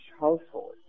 household